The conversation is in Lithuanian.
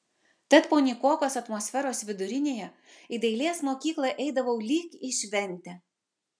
tad po nykokos atmosferos vidurinėje į dailės mokyklą eidavau lyg į šventę